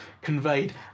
conveyed